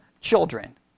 children